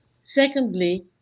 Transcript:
Secondly